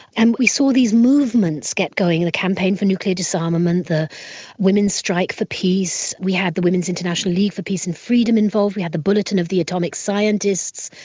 and we saw these movements get going the campaign for nuclear disarmament, the women's strike for peace, we had the women's international league for peace and freedom involved, we had the bulletin of the atomic scientists,